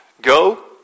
Go